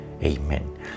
Amen